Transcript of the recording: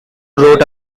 wrote